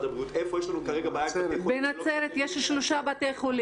הבריאות איפה יש לנו כרגע בעיה --- בנצרת יש שלושה בתי-חולים.